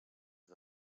els